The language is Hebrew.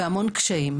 יש המון קשיים,